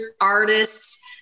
artists